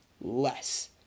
less